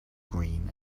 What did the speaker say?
green